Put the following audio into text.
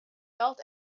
felt